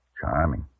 Charming